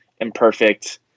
imperfect